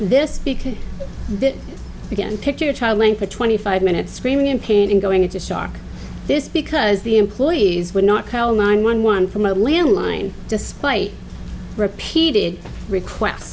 this because you can pick your trolling for twenty five minutes screaming in pain and going into shock this because the employees would not call nine one one for mobley in line despite repeated request